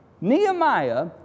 Nehemiah